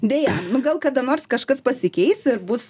deja nu gal kada nors kažkas pasikeis ir bus